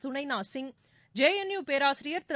சுனைளா Singh J N U பேராசிரியர் திரு